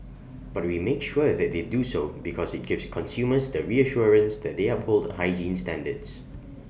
but we make sure that they do so because IT gives consumers the reassurance that they uphold hygiene standards